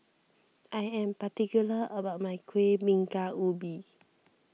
I am particular about my Kuih Bingka Ubi